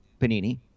Panini